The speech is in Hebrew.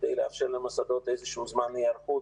כדי לאפשר למוסדות איזשהו זמן היערכות,